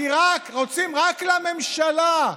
כי רוצים שרק לממשלה,